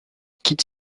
quitte